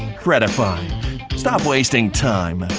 credifi stop wasting time.